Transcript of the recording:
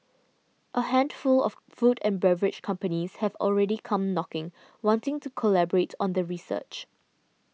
a handful of food and beverage companies have already come knocking wanting to collaborate on the research